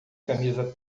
camisa